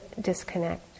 disconnect